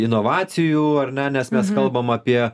inovacijų ar ne nes mes kalbam apie